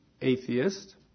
atheist